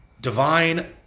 Divine